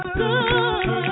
good